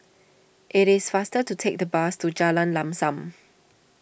it is faster to take the bus to Jalan Lam Sam